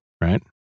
right